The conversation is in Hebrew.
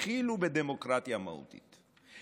התחילו בדמוקרטיה מהותית,